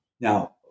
now